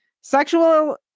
Sexual